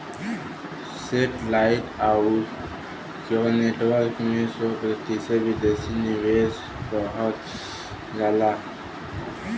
सेटे light आउर cable network में सौ प्रतिशत विदेशी निवेश किहल जाला